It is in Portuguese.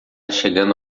chegando